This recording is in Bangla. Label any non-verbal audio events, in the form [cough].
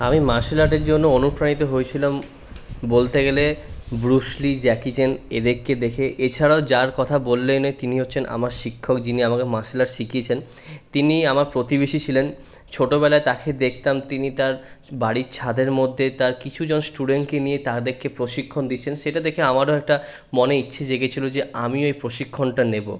আমি মার্শাল আর্টের জন্য অনুপ্রানিত হয়েছিলাম বলতে গেলে ব্রুসলি জ্যাকি চ্যান এদেরকে দেখে এছাড়াও যার কথা বললে [unintelligible] তিনি হচ্ছেন আমার শিক্ষক যিনি আমাকে মার্শাল আর্ট শিখিয়েছেন তিনি আমার প্রতিবেশী ছিলেন ছোটবেলায় তাকে দেখতাম তিনি তার বাড়ির ছাদের মধ্যে তার কিছু জন স্টুডেন্টকে নিয়ে তাদেরকে প্রশিক্ষণ দিচ্ছেন সেটা দেখে আমারও একটা মনে ইচ্ছে জেগে ছিল যে আমিও এই প্রশিক্ষণটা নেবো